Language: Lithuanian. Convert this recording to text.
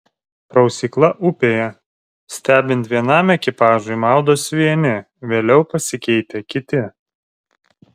prausykla upėje stebint vienam ekipažui maudosi vieni vėliau pasikeitę kiti